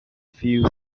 few